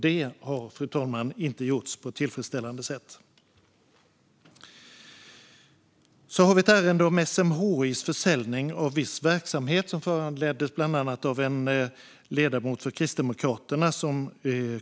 Detta har inte gjorts på ett tillfredsställande sätt, fru talman. Vi har ett ärende om SMHI:s försäljning av viss verksamhet, som bland annat föranleddes av en KU-anmälan från en ledamot för Kristdemokraterna.